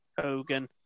Hogan